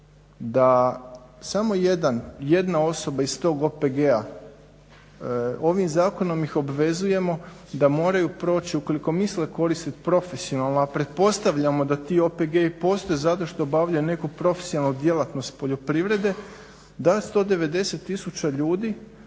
da samo jedna osoba iz tog OPG-a ovim zakonom ih obvezujemo da moraju proći ukoliko misle koristiti profesionalno a pretpostavljamo da ti OPG-i postoje zato što obavljaju neku profesionalnu djelatnost poljoprivrede da 190 tisuća ljudi